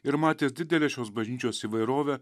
ir matęs didelę šios bažnyčios įvairovę